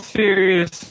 serious